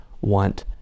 want